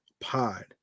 pod